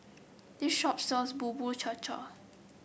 this shop sells Bubur Cha Cha